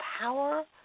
power